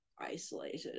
isolated